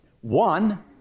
One